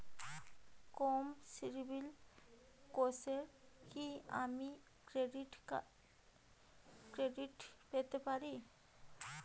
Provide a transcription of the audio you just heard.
কম সিবিল স্কোরে কি আমি ক্রেডিট পেতে পারি?